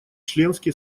членский